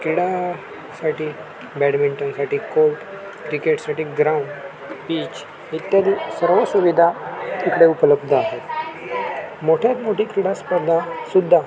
क्रीडासाठी बॅडमिंटनसाठी कोर्ट क्रिकेटसाठी ground pitch इत्यादी सर्व सुविधा इकडे उपलब्ध आहेत मोठ्यात मोठी क्रीडा स्पर्धा सुद्धा